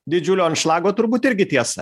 didžiulio anšlago turbūt irgi tiesa